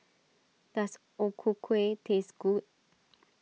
does O Ku Kueh taste good